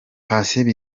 patient